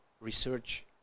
research